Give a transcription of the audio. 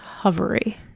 hovery